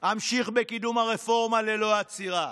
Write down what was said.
אמשיך בקידום הרפורמה ללא עצירה.